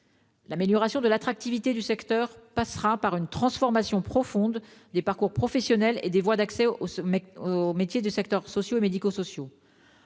Le renforcement de l'attractivité du secteur passera par une transformation profonde des parcours professionnels et des voies d'accès aux métiers sociaux et médico-sociaux.